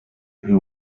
who